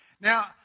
Now